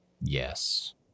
Yes